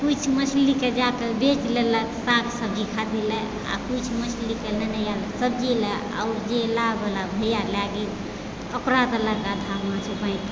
तऽ कुछ मछलीके जाके बेच लेलक साग सब्जी खरीदेले आओर कुछ मछलीके नेने आयल सब्जीले आओर जे नाववला भैया लय गेल ओकरा देलक आधा मछली